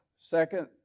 Second